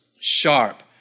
sharp